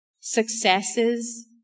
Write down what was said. successes